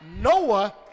Noah